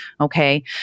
okay